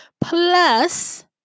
Plus